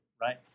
right